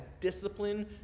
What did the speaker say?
discipline